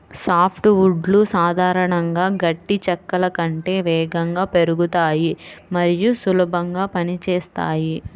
soft వుడ్లు సాధారణంగా గట్టి చెక్కల కంటే వేగంగా పెరుగుతాయి మరియు సులభంగా పని చేస్తాయి